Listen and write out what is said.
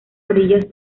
orillas